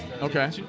Okay